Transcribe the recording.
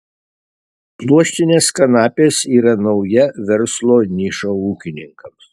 pluoštinės kanapės yra nauja verslo niša ūkininkams